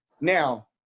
Now